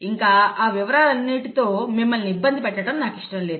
ఇంకా ఆ వివరాలన్నింటితో మిమ్మల్ని ఇబ్బంది పెట్టడం నాకు ఇష్టం లేదు